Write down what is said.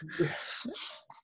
Yes